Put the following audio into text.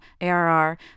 ARR